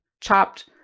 chopped